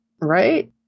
Right